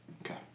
Okay